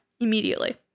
immediately